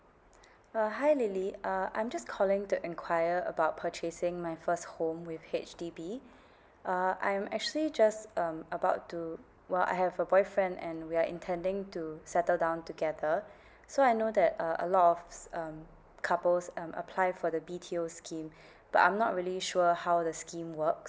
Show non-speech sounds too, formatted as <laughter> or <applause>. uh hi lily uh I'm just calling to enquire about purchasing my first home with H_D_B <breath> uh I'm actually just um about to well I have a boyfriend and we are intending to settle down together <breath> so I know that uh a lot of s~ um couples um apply for the B_T_O scheme <breath> but I'm not really sure how the scheme works